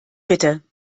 bitte